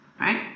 right